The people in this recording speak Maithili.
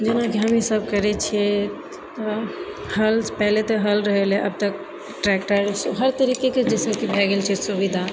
जेनाकि हमहीं सब करै छियै तऽ हल पहिले तऽ हल रहै हलै आब तऽ ट्रेक्टर हर तरीकेसँ जैसे कि भए गेल छै सुविधा